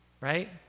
right